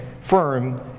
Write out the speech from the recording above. firm